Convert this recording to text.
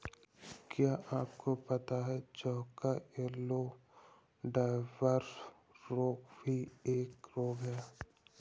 क्या आपको पता है जौ का येल्लो डवार्फ रोग भी एक रोग है?